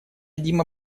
дима